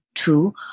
Two